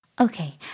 Okay